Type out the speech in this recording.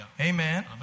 amen